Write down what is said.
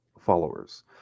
followers